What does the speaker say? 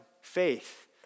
Faith